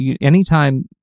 anytime